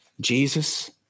Jesus